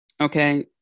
Okay